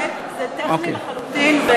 לא לא, זה טכני לחלוטין.